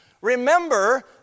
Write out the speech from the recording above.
Remember